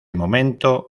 momento